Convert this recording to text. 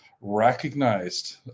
recognized